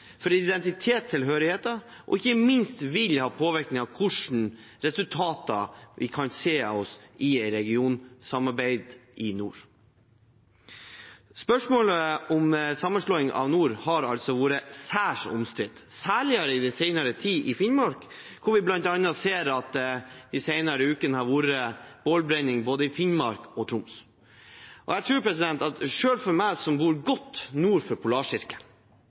og ikke minst vil den ha påvirkning på hvilke resultater vi kan se av regionsamarbeid i nord. Spørsmålet om sammenslåing i nord har vært særs omstridt, særlig i den senere tid i Finnmark, hvor vi bl.a. har sett at det de senere ukene har vært bålbrenning i både Finnmark og Troms. Selv for meg som bor godt nord for polarsirkelen, er det vanskelig å sette meg inn i de følelsene som